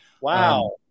wow